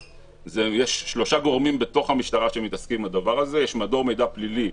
יש שלושה גורמים בתוך המשטרה שמתעסקים בדבר הזה: יש מדור מידע פלילי,